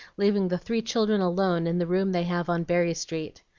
leaving the three children alone in the room they have on berry street.